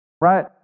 Right